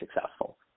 successful